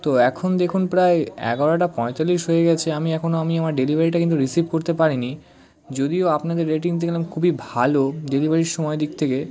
তো এখন দেখুন প্রায় এগারোটা পঁয়তাল্লিশ হয়ে গেছে আমি এখনও আমি আমার ডেলিভারিটা কিন্তু রিসিভ করতে পারিনি যদিও আপনাদের রেটিং দেখলাম খুবই ভালো ডেলিভারির সময় দিক থেকে